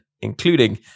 including